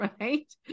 right